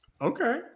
Okay